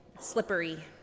slippery